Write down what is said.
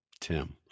Tim